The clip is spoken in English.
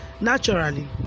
naturally